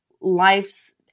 life's